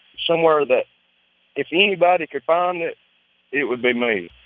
somewhere that if anybody could find it, it would be me.